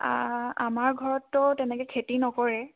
আমাৰ ঘৰততো তেনেকৈ খেতি নকৰে